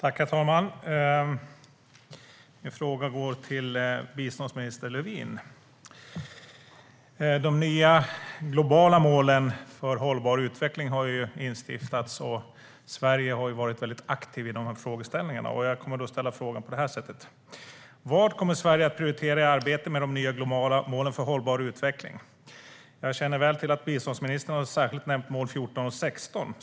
Herr talman! Min fråga går till biståndsminister Lövin. De nya globala målen för hållbar utveckling har instiftats, och Sverige har varit väldigt aktivt i dessa frågor. Vad kommer Sverige att prioritera i arbetet med de nya globala målen för hållbar utveckling? Jag känner väl till att biståndsministern har nämnt särskilt mål 14 och 16.